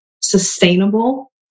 sustainable